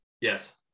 Yes